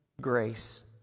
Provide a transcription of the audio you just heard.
grace